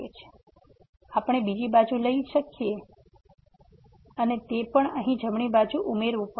તેથી આપણે બીજી બાજુ લઈ શકીએ છીએ અને તે પણ અહીં જમણી બાજુ ઉમેરવું પડશે